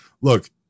look